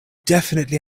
definitely